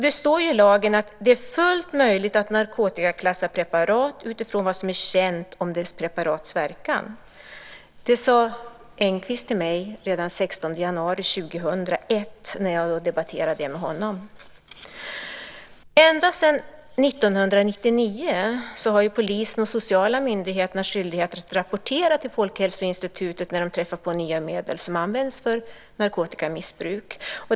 Det står i lagen att det är fullt möjligt att narkotikaklassa preparat utifrån vad som är känt om dess preparats verkan. Det sade Engqvist till mig redan den 16 januari 2001 när jag debatterade med honom. Ända sedan 1999 har polisen och de sociala myndigheterna skyldighet att rapportera till Folkhälsoinstitutet när de träffar på nya medel som används för narkotikamissbruk.